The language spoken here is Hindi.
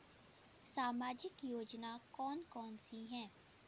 सामाजिक योजना कौन कौन सी हैं?